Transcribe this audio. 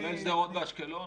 כולל שדרות ואשקלון?